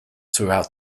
throughout